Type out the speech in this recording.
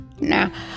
Now